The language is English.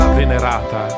venerata